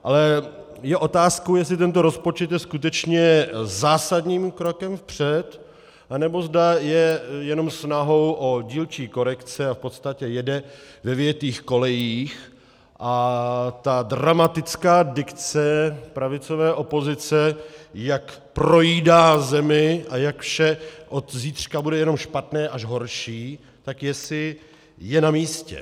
Ale je otázkou, jestli tento rozpočet je skutečně zásadním krokem vpřed, anebo zda je jenom snahou o dílčí korekce a v podstatě jede ve vyjetých kolejích a dramatická dikce pravicové opozice, jak projídá zemi a jak vše od zítřka bude jenom špatné až horší, je namístě.